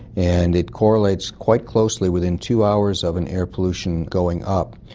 and it correlates quite closely within two hours of and air pollution going up,